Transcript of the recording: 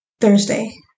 Thursday